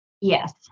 Yes